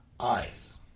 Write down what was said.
eyes